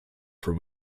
for